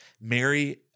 Mary